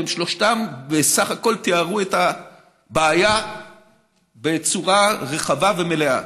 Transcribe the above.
והם שלושתם בסך הכול תיארו את הבעיה בצורה רחבה ומלאה.